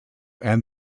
and